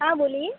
हाँ बोलिए